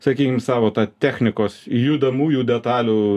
sakykim savo ta technikos judamųjų detalių